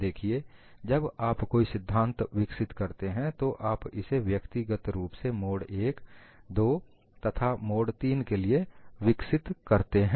देखिए जब आप कोई सिद्धांत विकसित करते हैं तो आप इसे व्यक्तिगत रूप से मोड III तथा मोड III के लिए विकसित करते हैं